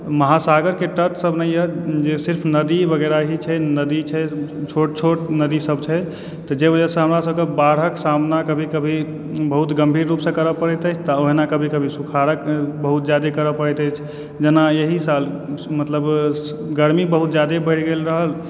महासागरके touch सबमे यऽ जे सिर्फ नदी वगैरह छै नदी छै छोट छोट नदी सब छै जे वजहसँ हमरा सबके बाढ़क सामना कभी कभी बहुत गम्भीर रूपसंँ करए पड़ैत अछि तऽ अहिना कभी कभी बहुत सुखाड़क बहुत जादा करए पड़ैत अछि जेना एहि साल मतलब गरमी बहुत जादे बढ़ि गेल रहल